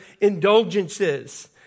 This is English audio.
indulgences